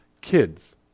kids